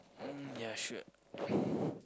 um ya sure